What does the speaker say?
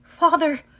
Father